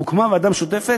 והוקמה ועדה משותפת,